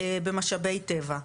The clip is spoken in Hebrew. במשאבי טבע.